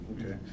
Okay